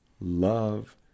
Love